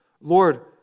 Lord